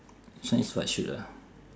this one is what shoot ah